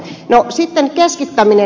no sitten keskittäminen